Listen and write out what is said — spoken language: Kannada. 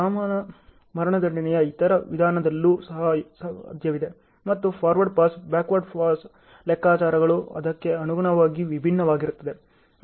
ಸಮಾನ ಮರಣದಂಡನೆಯ ಇತರ ವಿಧಾನದಲ್ಲೂ ಸಹ ಸಾಧ್ಯವಿದೆ ಮತ್ತು ಫಾರ್ವರ್ಡ್ ಪಾಸ್ ಬ್ಯಾಕ್ವರ್ಡ್ ಪಾಸ್ ಲೆಕ್ಕಾಚಾರಗಳು ಅದಕ್ಕೆ ಅನುಗುಣವಾಗಿ ಭಿನ್ನವಾಗಿರುತ್ತದೆ